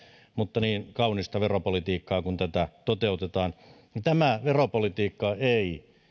mutta niin kaunista veropolitiikkaa kun tätä toteutetaan tämä veropolitiikka ei